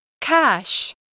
Cash